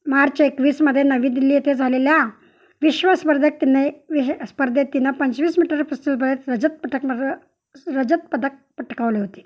मार्च एकवीसमध्ये नवी दिल्ली येथे झालेल्या विश्व स्पर्धेत तिने विश्व स्पर्धेत तिनं पंचवीस मीटर रजत पदक रजत पदक पटकवले होते